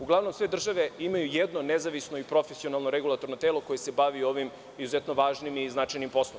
Uglavnom sve države imaju jedno nezavisno i profesionalno i regulatorno telo koje se bavi ovim izuzetno važnim i značajnim poslom.